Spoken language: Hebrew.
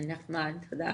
תודה.